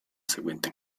seguente